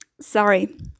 sorry